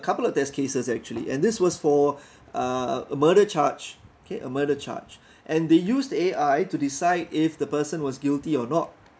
couple of test cases actually and this was for uh a murder charge okay a murder charge and they used A_I to decide if the person was guilty or not